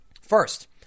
First